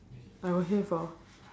I got hear before